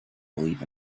believe